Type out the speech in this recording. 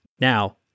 Now